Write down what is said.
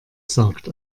sagt